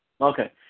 Okay